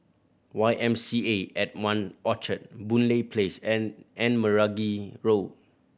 Y M C A at One Orchard Boon Lay Place and and Meragi Road